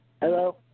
hello